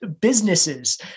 businesses